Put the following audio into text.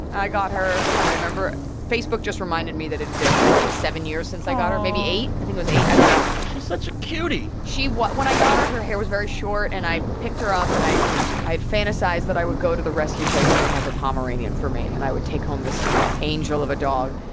i got her. i remember facebook just reminded me that it'd been, i think, seven years since i got her. aw. maybe eight i think it was eight. i don't know she's such a cutie she was when i got her, her hair was very short. and i picked her up. and i i had fantasized that i would go to the rescue place. and they'd have a pomeranian for me. and i would take home this angel of a dog.